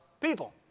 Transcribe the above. people